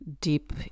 deep